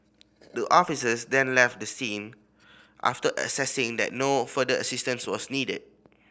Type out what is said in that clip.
the officers then left the scene after assessing that no further assistance was needed